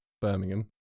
Birmingham